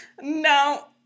No